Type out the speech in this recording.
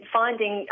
finding